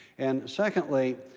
and secondly,